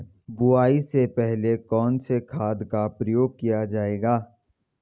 बुआई से पहले कौन से खाद का प्रयोग किया जायेगा?